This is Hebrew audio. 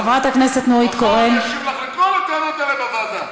מחר אני אשיב לך על כל הטענות האלה בוועדה.